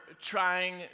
trying